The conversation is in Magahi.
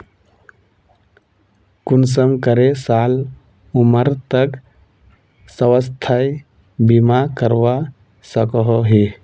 कुंसम करे साल उमर तक स्वास्थ्य बीमा करवा सकोहो ही?